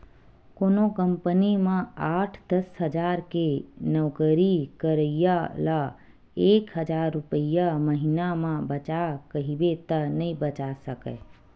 कोनो कंपनी म आठ, दस हजार के नउकरी करइया ल एक हजार रूपिया महिना म बचा कहिबे त नइ बचा सकय